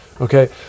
Okay